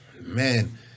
Man